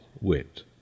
wit